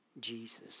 Jesus